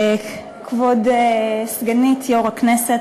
כבוד סגנית יושב-ראש הכנסת,